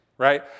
Right